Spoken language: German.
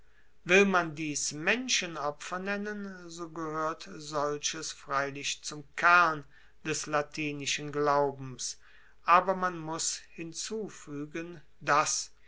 will man dies menschenopfer nennen so gehoert solches freilich zum kern des latinischen glaubens aber man muss hinzufuegen dass